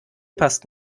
passt